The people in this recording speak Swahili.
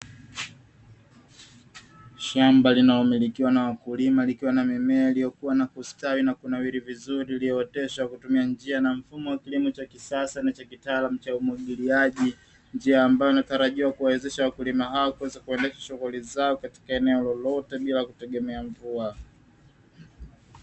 Shamba linalomilikiwa na wakulima likiwa na mimea iliyokua na kustawi na kunawiri vizuri, iliyooteshwa kwa kutumia njia na mfumo wa kilimo cha kisasa na cha kitaalamu cha umwagiliaji, njia ambayo inatarajiwa kuwawezesha wakulima hao kuweza kuendesha shughuli zao katika eneo lolote bila kutegemea mvua.